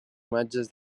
imatges